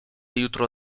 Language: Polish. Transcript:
jutro